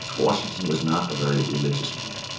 washington was not a very religious man.